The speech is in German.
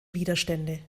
widerstände